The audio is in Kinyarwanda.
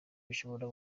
bishobora